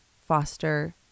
foster